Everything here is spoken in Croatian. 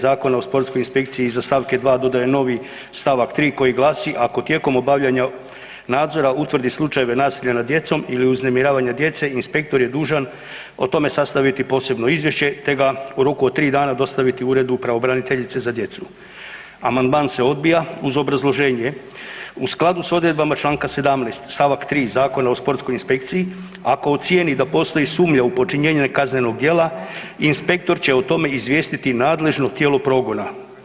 Zakona o sportskoj inspekciji iza st. 2. dodaje novi st. 3. koji glasi: „Ako tijekom obavljanja nadzor utvrdi slučajeve nasilja nad djecom ili uznemiravanja djece inspektor je dužan o tome sastaviti posebno izvješće te ga u roku od tri dana dostaviti Uredu pravobraniteljice za djecu.“ Amandman se odbija uz obrazloženje, u skladu s odredbama čl. 17. st. 3. Zakona o sportskoj inspekciji ako ocijeni da postoji sumnja u počinjenje kaznenog djela inspektor će o tome izvijestiti nadležno tijelo progona.